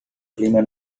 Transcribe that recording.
clima